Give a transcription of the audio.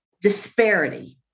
disparity